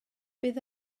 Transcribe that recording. bydd